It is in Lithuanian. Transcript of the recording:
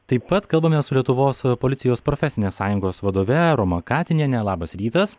taip pat kalbame su lietuvos policijos profesinės sąjungos vadove roma katinienė labas rytas